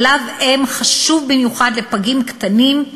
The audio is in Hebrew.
חלב אם חשוב במיוחד לפגים קטנים,